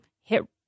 hit